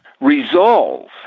resolve